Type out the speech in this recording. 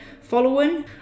following